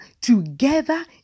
together